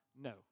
No